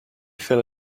fell